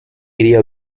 area